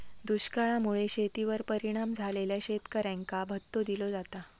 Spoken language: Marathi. दुष्काळा मुळे शेतीवर परिणाम झालेल्या शेतकऱ्यांका भत्तो दिलो जाता